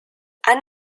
han